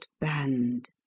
band